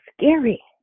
scary